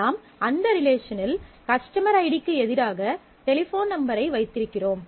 நாம் அந்த ரிலேஷனில் கஸ்டமர் ஐடிக்கு எதிராக டெலிபோன் நம்பரை வைத்திருக்கிறோம்